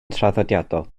traddodiadol